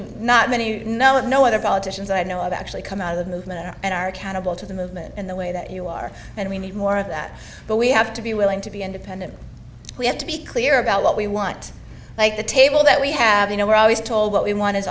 not many know of no other politicians i know of that actually come out of the movement and are accountable to the movement in the way that you are and we need more of that but we have to be willing to be independent we have to be clear about what we want like the table that we have you know we're always told what we want is